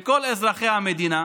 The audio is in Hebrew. שכל אזרחי המדינה